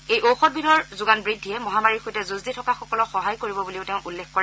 এই ঔষধ বিধৰ যোগান বৃদ্ধিয়ে মহামাৰীৰ সৈতে যুঁজ দি থকাসকলক সহায় কৰিব বুলি তেওঁ উল্লেখ কৰে